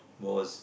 was